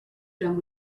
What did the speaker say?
done